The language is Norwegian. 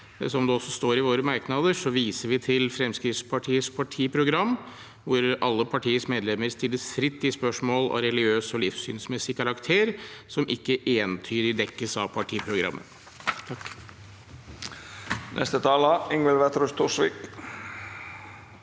– som det også står i våre merknader – til Fremskrittspartiets partiprogram, hvor alle partiets medlemmer stilles fritt i spørsmål av religiøs og livssynsmessig karakter som ikke entydig dekkes av partiprogrammet. Ingvild Wetrhus Thorsvik